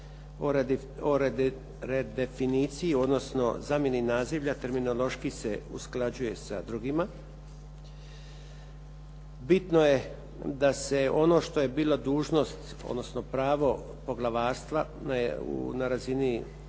redefiniciji odnosno zamjeni nazivlja terminološki se usklađuje sa drugima. Bitno je da se ono što je bilo dužnost odnosno pravo poglavarstva na razini jedinice